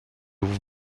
vous